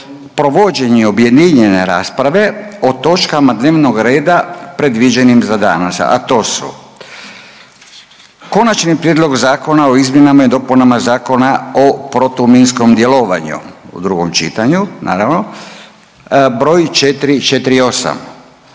provođenje objedinjene rasprave o točkama dnevnog reda predviđenim za danas, a to su: - Konačni prijedlog zakona o izmjenama i dopunama Zakona o protuminskom djelovanju, drugo čitanje, P.Z. br. 448;